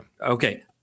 Okay